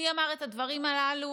מי אמר את הדברים הללו?